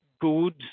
good